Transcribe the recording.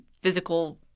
physical